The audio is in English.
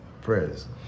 prayers